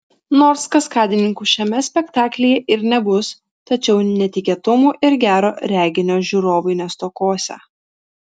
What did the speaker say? nors kaskadininkų šiame spektaklyje ir nebus tačiau netikėtumų ir gero reginio žiūrovai nestokosią